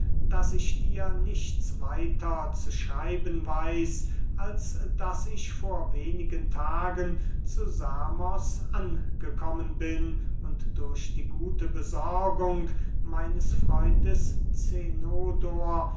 daß ich dir nichts weiter zu schreiben weiß als daß ich vor wenigen tagen zu samos angekommen bin und durch die gute besorgung meines freundes